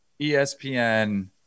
ESPN